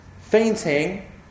fainting